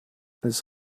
als